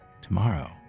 tomorrow